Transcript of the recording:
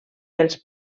pels